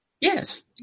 Yes